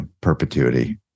perpetuity